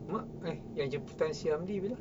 mak eh yang jemputan si andir bila